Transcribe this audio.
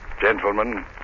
Gentlemen